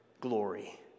glory